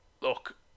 Look